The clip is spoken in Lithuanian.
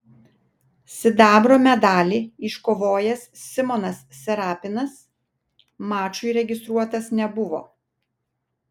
sidabro medalį iškovojęs simonas serapinas mačui registruotas nebuvo